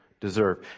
deserve